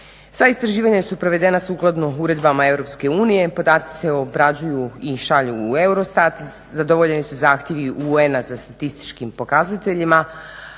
Sva istraživanja su provedena sukladno uredbama EU i podaci se obrađuju i šalju u EUROSTAT. Zadovoljeni su zahtjevi UN-a za statističkim pokazateljima,